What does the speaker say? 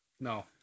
No